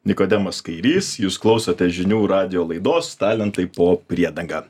nikodemas kairys jūs klausote žinių radijo laidos talentai po priedanga